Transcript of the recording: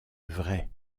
vrai